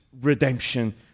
redemption